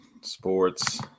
sports